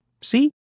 See